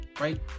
right